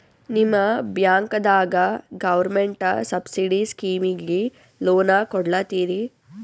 ನಿಮ ಬ್ಯಾಂಕದಾಗ government subsidy ಸ್ಕೀಮಿಗಿ ಲೊನ ಕೊಡ್ಲತ್ತೀರಿ?